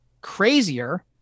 crazier